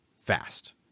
fast